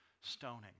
stoning